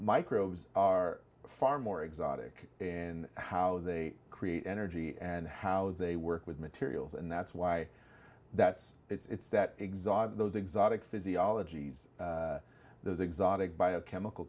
microbes are far more exotic in how they create energy and how they work with materials and that's why that's it's that exotic those exotic physiologies those exotic biochemical